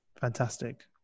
Fantastic